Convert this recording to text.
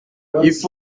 faut